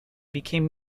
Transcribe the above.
became